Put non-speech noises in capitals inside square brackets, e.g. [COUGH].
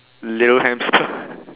little hamster [NOISE]